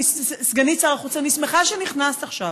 אני שמחה שנכנסת עכשיו,